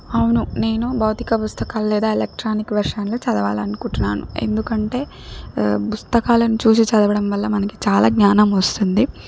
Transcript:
అవును నేను భౌతిక పుస్తకాలు లేదా ఎలక్ట్రానిక్ వర్షన్లు చదవాలి అనుకుంటున్నాను ఎందుకంటే పుస్తకాలను చూసి చదవడం వల్ల మనకి చాలా జ్ఞానం వస్తుంది